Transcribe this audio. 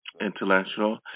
intellectual